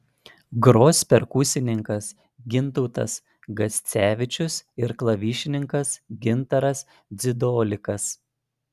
gros perkusininkas gintautas gascevičius ir klavišininkas gintaras dzidolikas